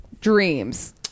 dreams